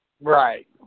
Right